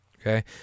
okay